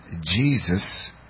Jesus